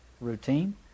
routine